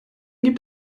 gibt